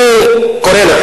אני קורא לך